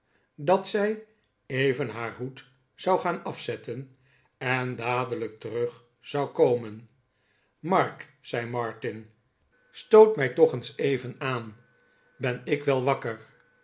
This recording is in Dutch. dat zij even haar hoed zou gaan afzetten en dadelijk terug zou komen mark zei martin stoot mij toch eens mevrouw hominy even aan ben ik wel wakker